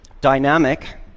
Dynamic